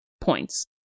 points